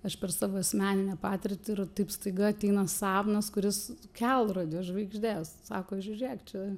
aš per savo asmeninę patirtį ir taip staiga ateina sapnas kuris kelrodės žvaigždės sako žiūrėk čia